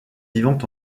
vivant